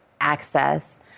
access